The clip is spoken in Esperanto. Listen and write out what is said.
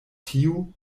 tiu